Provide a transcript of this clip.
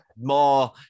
more